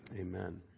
Amen